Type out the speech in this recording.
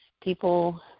people